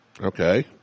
Okay